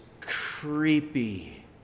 creepy